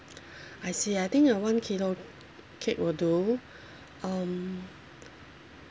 I see I think a one kilo cake will do um